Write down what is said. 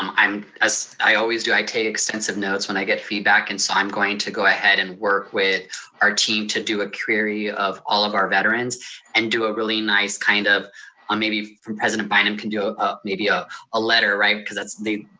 um i'm as i always do, i take extensive notes when i get feedback and so i'm going to go ahead and work with our team to do a query of all of our veterans and do a really nice kind of maybe from president bynum can do a, maybe a a letter, right? cause that's, they,